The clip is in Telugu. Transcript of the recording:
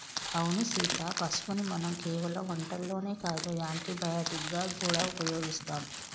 అవును సీత పసుపుని మనం కేవలం వంటల్లోనే కాదు యాంటీ బయటిక్ గా గూడా ఉపయోగిస్తాం